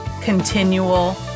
continual